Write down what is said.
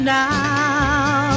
now